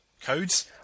Codes